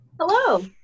Hello